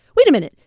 wait a minute.